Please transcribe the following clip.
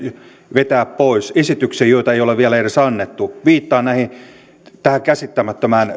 vetää pois esitykset joita ei ole vielä edes annettu viittaan tähän käsittämättömään